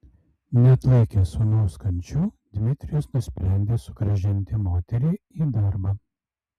neatlaikęs sūnaus kančių dmitrijus nusprendė sugrąžinti moterį į darbą